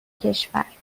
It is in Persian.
کشور